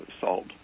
salt